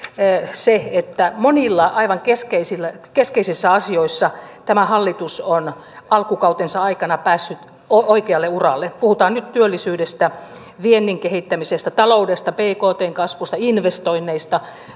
se että monissa aivan keskeisissä keskeisissä asioissa tämä hallitus on alkukautensa aikana päässyt oikealle uralle puhutaan nyt työllisyydestä viennin kehittämisestä taloudesta bktn kasvusta investoinneista